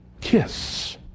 kiss